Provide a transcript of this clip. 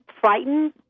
frightened